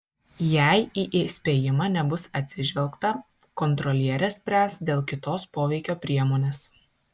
jei į įspėjimą nebus atsižvelgta kontrolierė spręs dėl kitos poveikio priemonės